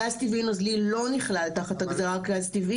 גז טבעי נוזלי לא נכלל תחת ההגדרה של גז טבעי